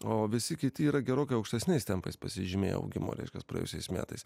o visi kiti yra gerokai aukštesniais tempais pasižymėjo augimo reiškias praėjusiais metais